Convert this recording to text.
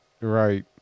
Right